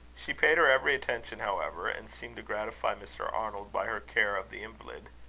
she paid her every attention, however, and seemed to gratify mr. arnold by her care of the invalid.